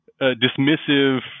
dismissive